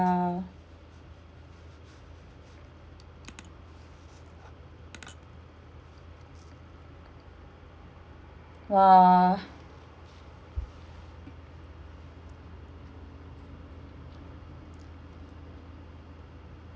!wah!